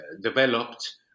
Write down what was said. developed